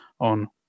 on